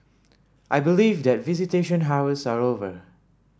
I believe that visitation hours are over